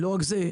לא, ולא רק זה.